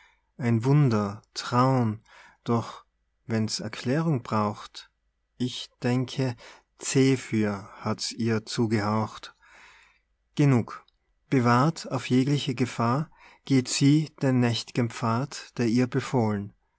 ein wunder traun doch wenn's erklärung braucht ich denke zephyr hat's ihr zugehaucht genug bewahrt auf jegliche gefahr geht sie den nächt'gen pfad der ihr befohlen